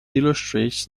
illustrates